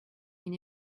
une